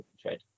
trade